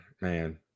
man